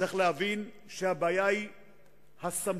צריך להבין שהבעיה היא הסמכויות.